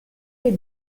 les